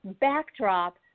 backdrop